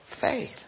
faith